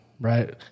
right